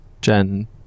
Jen